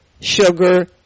sugar